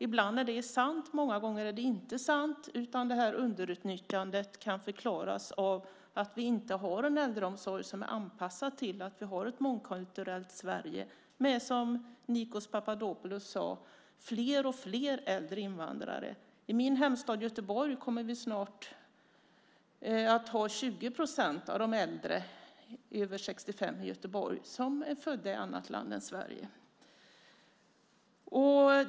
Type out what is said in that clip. Ibland är det sant, många gånger är det inte sant, utan detta underutnyttjande kan förklaras av att vi inte har en äldreomsorg som är anpassad till vårt mångkulturella Sverige med, som Nikos Papadopoulos sade, fler och fler äldre invandrare. I min hemstad Göteborg kommer snart 20 procent av de äldre över 65 år att vara födda i ett annat land än Sverige.